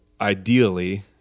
ideally